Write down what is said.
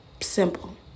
Simple